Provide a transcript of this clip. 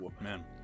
man